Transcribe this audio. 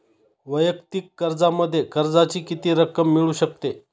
वैयक्तिक कर्जामध्ये कर्जाची किती रक्कम मिळू शकते?